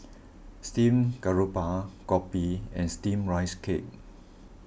Steamed Garoupa Kopi and Steamed Rice Cake